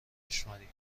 بشمری